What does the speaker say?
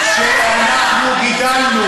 שאנחנו גידלנו,